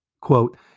quote